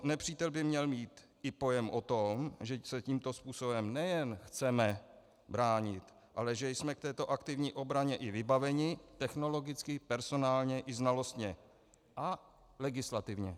Nepřítel by měl mít i pojem o tom, že se tímto způsobem nejen chceme bránit, ale že jsme k této aktivní obraně i vybaveni technologicky, personálně i znalostně a legislativně.